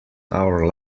our